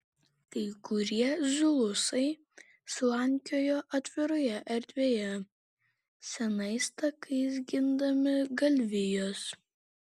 kai kurie zulusai slankiojo atviroje erdvėje senais takais gindami galvijus